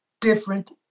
different